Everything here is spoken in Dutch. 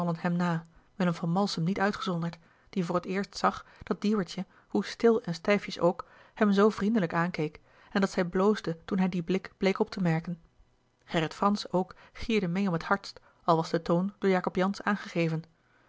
na willem van malsem niet uitgezonderd die voor t eerst zag dat dieuwertje hoe stil en stijfjes ook hem zoo vriendelijk aankeek en dat zij bloosde toen hij dien blik bleek op te merken gerrit fransz ook gierde meê om het hardst al was de toon door jacob jansz aangegeven